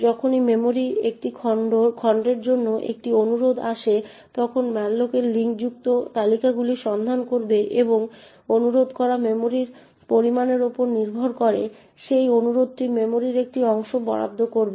যখনই মেমরির একটি খণ্ডের জন্য একটি অনুরোধ আসে তখন malloc এই লিঙ্কযুক্ত তালিকাগুলি সন্ধান করবে এবং অনুরোধ করা মেমরির পরিমাণের উপর নির্ভর করে সেই অনুরোধটিতে মেমরির একটি অংশ বরাদ্দ করবে